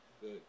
good